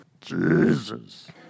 Jesus